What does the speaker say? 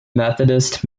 methodist